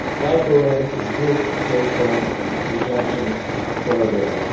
balfour and his group came from the junction over there,